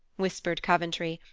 whispered coventry,